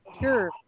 Sure